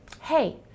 Hey